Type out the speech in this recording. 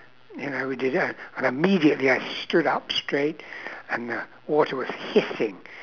you know I di~ uh and immediately I stood up straight and the water was hissing